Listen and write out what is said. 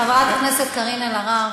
חברת הכנסת קארין אלהרר,